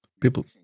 People